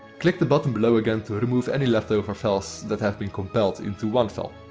click the button below again to remove any leftover files that have been compiled into one file.